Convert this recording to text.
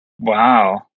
Wow